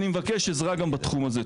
אני מבקש עזרה גם בתחום הזה.